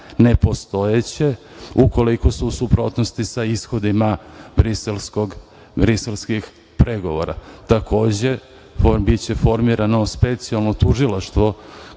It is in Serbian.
nepostojeće ukoliko su u suprotnosti sa ishodima briselskih pregovora. Takođe, biće formirano specijalno tužilaštvo